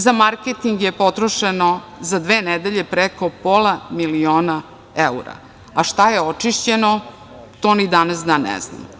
Za marketing je potrošeno za dve nedelje preko pola miliona evra, a šta je očišćeno to ni danas dan ne znamo.